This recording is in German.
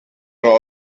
nur